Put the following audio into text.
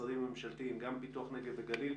הרשות לפיתוח הנגב.